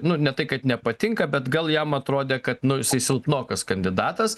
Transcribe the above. nu ne tai kad nepatinka bet gal jam atrodė kad nu jisai silpnokas kandidatas